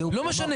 זה לא משנה,